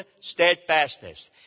steadfastness